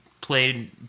played